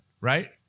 right